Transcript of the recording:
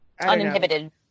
uninhibited